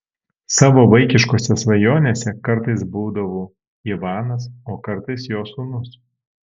savo vaikiškose svajonėse kartais būdavau ivanas o kartais jo sūnus